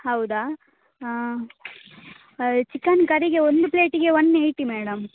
ಹೌದಾ ಚಿಕನ್ ಕರಿಗೇ ಒಂದು ಪ್ಲೇಟಿಗೆ ಒನ್ ಏಯ್ಟಿ ಮೇಡಮ್